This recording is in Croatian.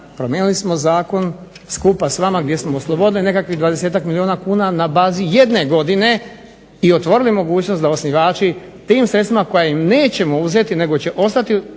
Promijenili smo zakon skupa s vama gdje smo oslobodili nekakvih 20-ak milijuna kuna na bazi jedne godine i otvorili mogućnost da osnivači tim sredstvima koja im nećemo uzeti nego će ostati